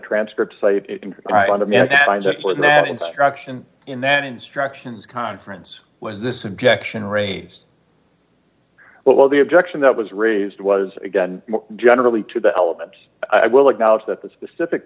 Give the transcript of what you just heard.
transcript for that instruction in that instructions conference was this objection raised well the objection that was raised was again generally to the elements i will acknowledge that the specific